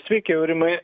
sveiki aurimai